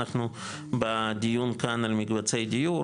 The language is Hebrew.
אנחנו בדיון כאן על מקבצי דיור,